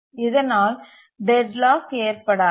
இதனால் டெட்லாக் ஏற்படாது